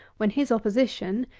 when his opposition,